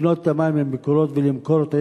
לקנות את המים מ"מקורות" ולמכור אותם,